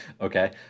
Okay